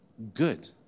Good